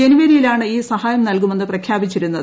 ജനുവരിയിൽ ആണ് ഈ സഹായം നൽകുമെന്ന് പ്രഖ്യാപിച്ചിരുന്നത്